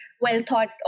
well-thought